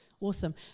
Awesome